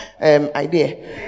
idea